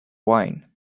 wine